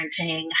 parenting